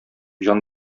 җан